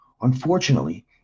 Unfortunately